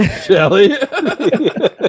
shelly